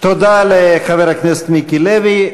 תודה לחבר הכנסת מיקי לוי.